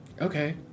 Okay